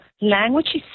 language